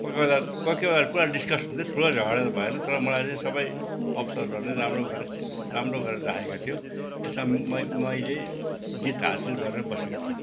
कोही कोही बेला पुरा डिस्कस हुन्थ्यो ठुलो झगडा भएन तर मलाई चाहिँ सबै अफिसरहरूले राम्रो गरेको थियो राम्रो गरेर राखेको थियो त्यसमा मैले जित हासिल गरेर बसेको थिएँ